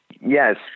Yes